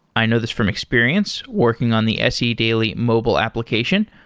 i know this from experience working on the se daily mobile application.